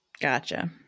Gotcha